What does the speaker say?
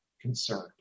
concerned